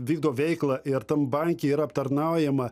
vykdo veiklą ir tam banke yra aptarnaujama